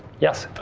yes?